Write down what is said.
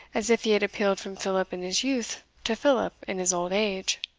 as if he had appealed from philip in his youth to philip in his old age.